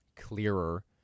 clearer